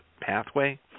pathway